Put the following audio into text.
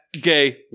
gay